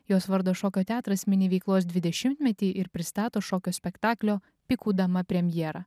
jos vardo šokio teatras mini veiklos dvidešimtmetį ir pristato šokio spektaklio pikų dama premjerą